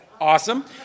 Awesome